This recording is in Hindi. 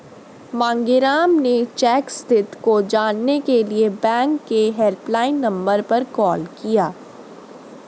मांगेराम ने चेक स्थिति को जानने के लिए बैंक के हेल्पलाइन नंबर पर कॉल किया